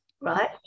Right